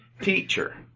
Teacher